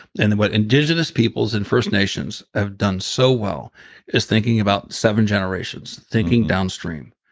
and what indigenous peoples in first nations have done so well is thinking about seven generations, thinking downstream.